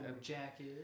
jacket